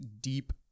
deep